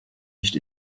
nicht